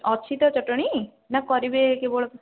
ଅଛି ତ ଚଟଣୀ ନା କରିବେ କେବଳ